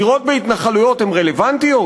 דירות בהתנחלויות הן רלוונטיות?